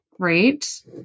Great